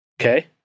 Okay